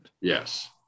Yes